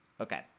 Okay